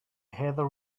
heather